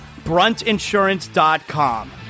BruntInsurance.com